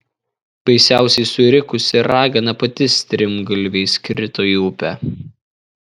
baisiausiai surikusi ragana pati strimgalviais krito į upę